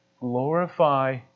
glorify